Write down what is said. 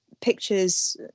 pictures